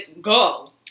go